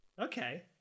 okay